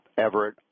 Everett